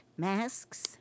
masks